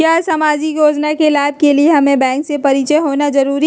क्या सामाजिक योजना के लाभ के लिए हमें बैंक से परिचय होना जरूरी है?